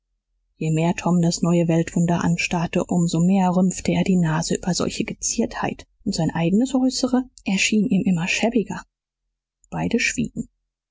je mehr tom das neue weltwunder anstarrte um so mehr rümpfte er die nase über solche geziertheit und sein eigenes äußere erschien ihm immer schäbiger beide schwiegen